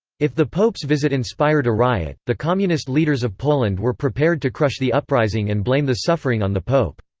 if the pope's visit inspired a riot, the communist leaders of poland were prepared to crush the uprising and blame the suffering on the pope.